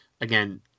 Again